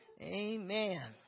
amen